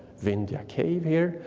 vindijua cave, here.